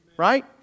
Right